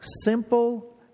simple